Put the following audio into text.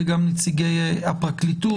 וגם נציגי הפרקליטות.